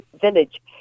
village